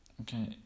Okay